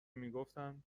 میگفتند